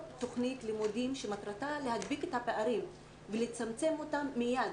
תוכנית לימודים שמטרתה להדביק את הפערים ולצמצם אותם מיד.